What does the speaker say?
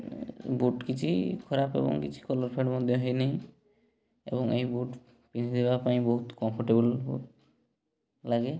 boot କିଛି ଖରାପ ଏବଂ କିଛି କଲର୍ ଫେଡ଼୍ ମଧ୍ୟ ହେଇନି ଏବଂ ଏହି ବୁଟ୍ ପିନ୍ଧିଦେବା ପାଇଁ ବହୁତ କମ୍ଫର୍ଟେବଲ୍ ଲାଗେ